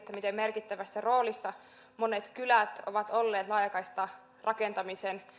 miten merkittävässä roolissa monet kylät ovat olleet laajakaistarakentamisen